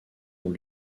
ont